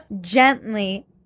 Gently